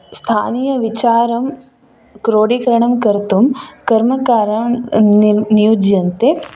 स्थानीयविचारं क्रोडीकरणं कर्तुं कर्मकारान् नियुज्यन्ते